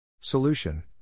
Solution